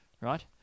right